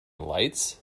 lights